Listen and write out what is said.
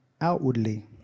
outwardly